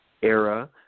era